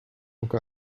woke